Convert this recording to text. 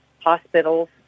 hospitals